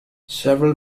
several